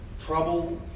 trouble